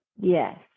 Yes